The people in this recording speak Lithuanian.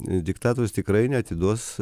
diktatorius tikrai neatiduos